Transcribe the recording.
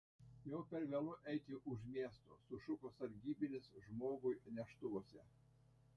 jau per vėlu eiti už miesto sušuko sargybinis žmogui neštuvuose